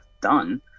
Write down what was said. done